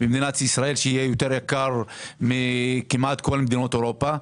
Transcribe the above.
במדינת ישראל שיהיה יותר יקר מכמעט כל מדינות אירופה.